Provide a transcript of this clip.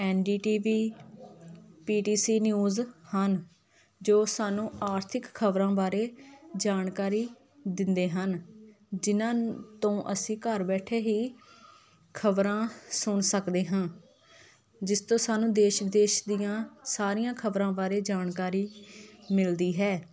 ਐਨ D T V P T C news ਹਨ ਜੋ ਸਾਨੂੰ ਆਰਥਿਕ ਖਬਰਾਂ ਬਾਰੇ ਜਾਣਕਾਰੀ ਦਿੰਦੇ ਹਨ ਜਿਹਨਾਂ ਤੋਂ ਅਸੀਂ ਘਰ ਬੈਠੇ ਹੀ ਖਬਰਾਂ ਸੁਣ ਸਕਦੇ ਹਾਂ ਜਿਸ ਤੋਂ ਸਾਨੂੰ ਦੇਸ਼ ਵਿਦੇਸ਼ ਦੀਆਂ ਸਾਰੀਆਂ ਖਬਰਾਂ ਬਾਰੇ ਜਾਣਕਾਰੀ ਮਿਲਦੀ ਹੈ